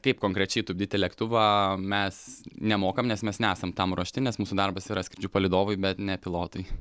kaip konkrečiai tupdyti lėktuvą mes nemokam nes mes nesam tam ruošti nes mūsų darbas yra skrydžių palydovai bet ne pilotai